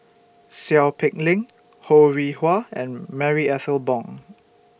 Seow Peck Leng Ho Rih Hwa and Marie Ethel Bong